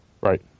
Right